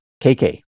KK